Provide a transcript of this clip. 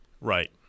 Right